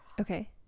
Okay